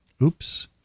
Oops